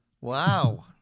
Wow